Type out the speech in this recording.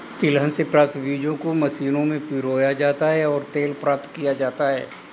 तिलहन से प्राप्त बीजों को मशीनों में पिरोया जाता है और तेल प्राप्त किया जाता है